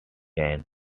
gene